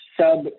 sub